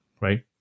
right